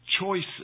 choices